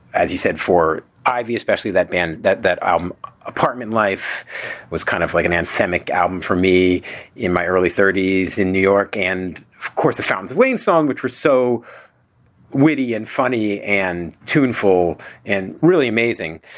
as you said, for ivy, especially that band, that that um apartment life was kind of like an an simic album for me in my early thirties in new york. and, of course, the sounds of wayne song, which were so witty and funny and tuneful and really amazing.